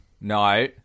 no